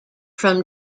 from